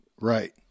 right